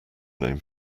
name